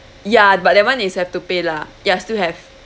ya but that one is have to pay lah ya still have